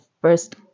first